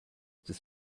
this